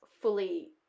fully